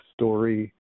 story